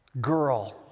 girl